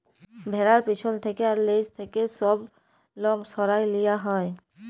ভ্যাড়ার পেছল থ্যাকে আর লেজ থ্যাকে লম সরাঁয় লিয়া হ্যয়